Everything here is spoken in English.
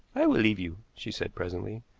i will leave you, she said presently.